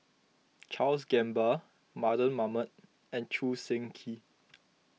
Charles Gamba Mardan Mamat and Choo Seng Quee